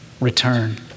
return